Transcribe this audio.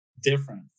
different